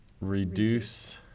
Reduce